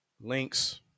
Links